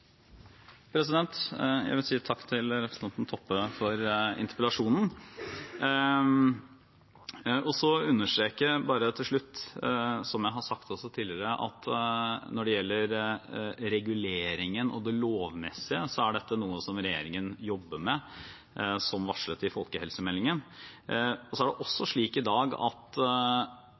Jeg vil si takk til representanten Toppe for interpellasjonen, og bare understreke til slutt – som jeg også har sagt tidligere – at når det gjelder reguleringen og det lovmessige, er dette noe som regjeringen jobber med, som varslet i folkehelsemeldingen. Det er også slik i dag at